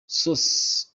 source